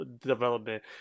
development